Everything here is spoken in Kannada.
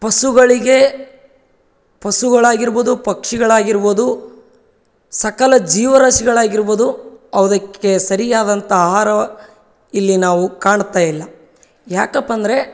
ಪಶುಗಳಿಗೆ ಪಶುಗಳಾಗಿರ್ಬೋದು ಪಕ್ಷಿಗಳಾಗಿರ್ಬೋದು ಸಕಲ ಜೀವರಾಶಿಗಳಾಗಿರ್ಬೋದು ಅದಕ್ಕೆ ಸರಿಯಾದಂಥ ಆಹಾರ ಇಲ್ಲಿ ನಾವು ಕಾಣ್ತಾ ಇಲ್ಲ ಯಾಕಪ್ಪ ಅಂದರೆ